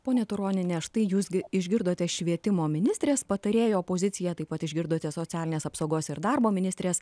pone turoniene štai jūs gi išgirdote švietimo ministrės patarėjo poziciją taip pat išgirdote socialinės apsaugos ir darbo ministrės